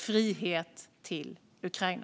Frihet till Ukraina!